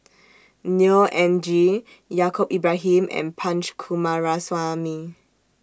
Neo Anngee Yaacob Ibrahim and Punch Coomaraswamy